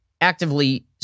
actively